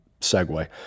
segue